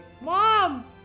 Mom